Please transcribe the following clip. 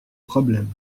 problème